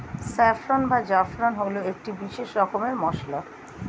saffron বা জাফরান হল একটি বিশেষ রকমের মশলা